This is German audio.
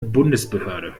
bundesbehörde